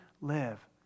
live